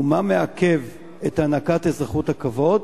ומה מעכב את הענקת אזרחות הכבוד?